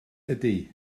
ydy